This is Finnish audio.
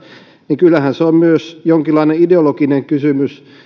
että kyllähän se on myös jonkinlainen ideologinen kysymys